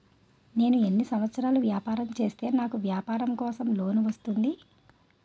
నేను ఎన్ని సంవత్సరాలు వ్యాపారం చేస్తే నాకు వ్యాపారం కోసం లోన్ వస్తుంది?